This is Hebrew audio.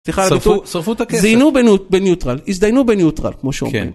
שרפו את הכסף. סליחה על הביטוי, זיינו בניוטרל, הזדיינו בניוטרל, כמו שאומרים.